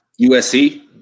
USC